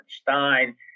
Stein